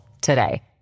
today